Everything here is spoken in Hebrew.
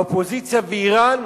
האופוזיציה באירן